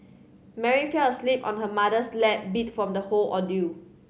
Mary fell asleep on her mother's lap beat from the whole ordeal